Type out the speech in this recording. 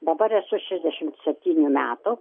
dabar esu šešiasdešimt septynių metų